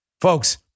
Folks